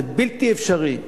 זה בלתי אפשרי,